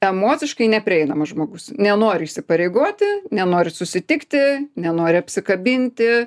emociškai neprieinamas žmogus nenori įsipareigoti nenori susitikti nenori apsikabinti